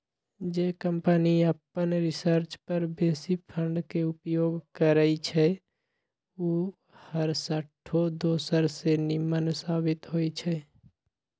जे कंपनी अप्पन रिसर्च पर बेशी फंड के उपयोग करइ छइ उ हरसठ्ठो दोसर से निम्मन साबित होइ छइ